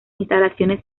instalaciones